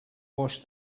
wash